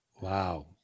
Wow